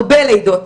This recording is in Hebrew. הרבה לידות.